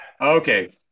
Okay